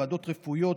ועדות רפואיות,